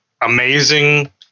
amazing